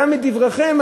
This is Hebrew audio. גם מדבריכם,